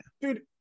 Dude